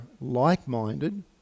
like-minded